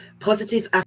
Positive